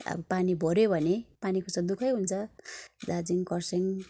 अब पानी भर्यो भने पानीको चाहिँ दुखै हुन्छ दार्जिलिङ कर्सियङ